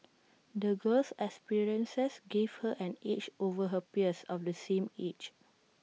the girl's experiences gave her an edge over her peers of the same age